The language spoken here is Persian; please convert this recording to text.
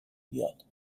بیاد